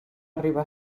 arriba